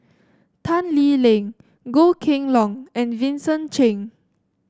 Tan Lee Leng Goh Kheng Long and Vincent Cheng